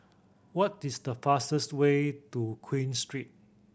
what is the fastest way to Queen Street